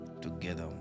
together